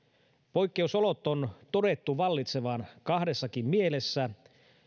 poikkeusolot on todettu vallitsevan kahdessakin mielessä